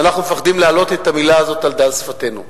ואנחנו מפחדים להעלות את המלה הזאת על דל שפתנו.